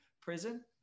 prison